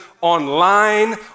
online